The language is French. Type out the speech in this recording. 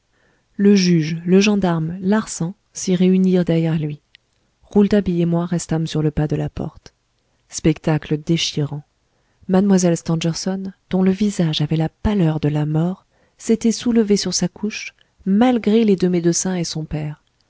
le juge le gendarme larsan s'y réunirent derrière lui rouletabille et moi restâmes sur le pas de la porte spectacle déchirant mlle stangerson dont le visage avait la pâleur de la mort s'était soulevée sur sa couche malgré les deux médecins et son père